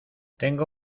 tengo